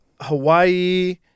Hawaii